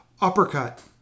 Uppercut